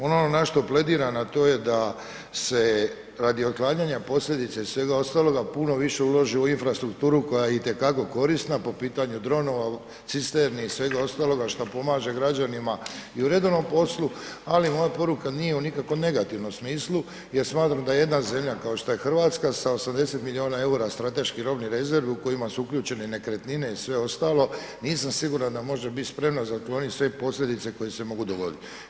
Ono na što plediram a to je da se radi otklanjanja posljedica i svega ostaloga puno više uloži u infrastrukturu koja je itekako korisna po pitanju dronova, cisterni i svega ostaloga šta pomaže građanima i u redovnom poslu ali moja poruka nije u nikakvom negativnim smislu jer smatram da jedna zemlja kao šta je Hrvatska sa 800 milijuna eura strateških robnih rezervi u kojima su uključene u nekretnine i sve ostalo, nisam siguran da može biti spremno za otklonit sve posljedice koje se mogu dogoditi.